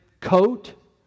coat